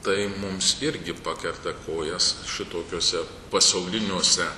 tai mums irgi pakerta kojas šitokiuose pasauliniuose